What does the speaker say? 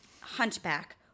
Hunchback